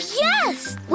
yes